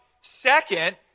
Second